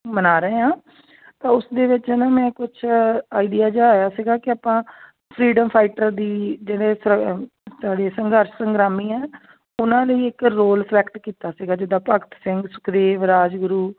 ਮਨਾ ਰਹੇ ਹਾਂ ਤਾਂ ਉਸ ਦੇ ਵਿੱਚ ਨਾ ਮੈਂ ਕੁਛ ਆਈਡੀਆ ਜਿਹਾ ਆਇਆ ਸੀਗਾ ਕਿ ਆਪਾਂ ਫਰੀਡਮ ਫਾਈਟਰ ਦੇ ਜਿਹੜੇ ਸ ਸਾਡੇ ਸੰਘਰਸ਼ ਸੰਗਰਾਮੀ ਹੈ ਉਹਨਾਂ ਲਈ ਇੱਕ ਰੋਲ ਸਲੈਕਟ ਕੀਤਾ ਸੀਗਾ ਜਿੱਦਾਂ ਭਗਤ ਸਿੰਘ ਸੁਖਦੇਵ ਰਾਜਗੁਰੂ